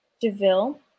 DeVille